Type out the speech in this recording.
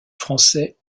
français